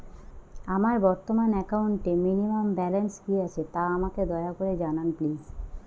আমার বর্তমান একাউন্টে মিনিমাম ব্যালেন্স কী আছে তা আমাকে দয়া করে জানান প্লিজ